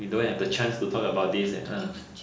we don't have the chance to talk about this leh ha